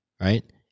right